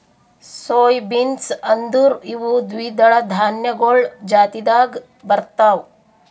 soy beans ಅಂದುರ್ ಇವು ದ್ವಿದಳ ಧಾನ್ಯಗೊಳ್ ಜಾತಿದಾಗ್ ಬರ್ತಾವ್